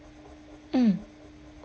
mm